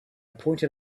pointed